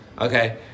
okay